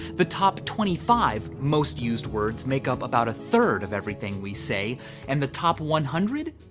the top twenty five most used words make up about a third of everything we say and the top one hundred